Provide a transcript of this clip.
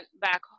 back